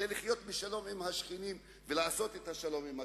זה לחיות בשלום עם השכנים ולעשות את השלום עם השכנים.